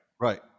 right